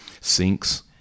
sinks